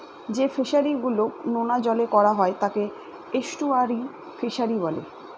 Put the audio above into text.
যে ফিশারি গুলো নোনা জলে করা হয় তাকে এস্টুয়ারই ফিশারি বলে